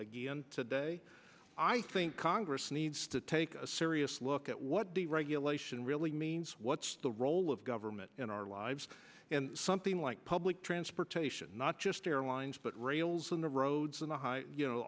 again today i think congress needs to take a serious look at what the regulation really means what's the role of government in our lives and something like public transportation not just airlines but rails on the roads in the high you know